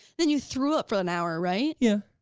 then you throw up for an hour, right? yeah,